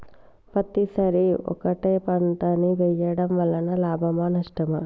పత్తి సరి ఒకటే పంట ని వేయడం వలన లాభమా నష్టమా?